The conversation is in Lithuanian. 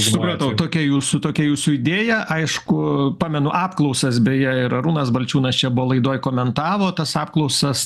supratau tokia jūsų tokia jūsų idėja aišku pamenu apklausas beje ir arūnas balčiūnas čia buvo laidoj komentavo tas apklausas